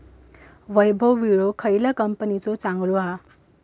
वैभव विळो खयल्या कंपनीचो चांगलो हा?